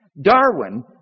Darwin